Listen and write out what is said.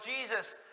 Jesus